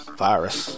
virus